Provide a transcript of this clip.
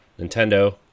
nintendo